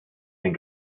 den